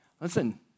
listen